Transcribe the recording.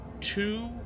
two